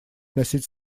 вносить